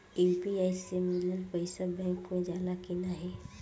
UPI से मिलल पईसा बैंक मे जाला की नाहीं?